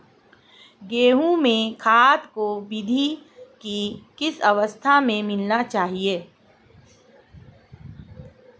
गेहूँ में खाद को वृद्धि की किस अवस्था में मिलाना चाहिए?